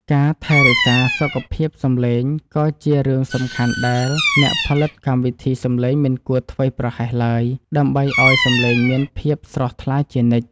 ការថែរក្សាសុខភាពសំឡេងក៏ជារឿងសំខាន់ដែលអ្នកផលិតកម្មវិធីសំឡេងមិនគួរធ្វេសប្រហែសឡើយដើម្បីឱ្យសំឡេងមានភាពស្រស់ថ្លាជានិច្ច។